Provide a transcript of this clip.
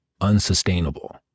unsustainable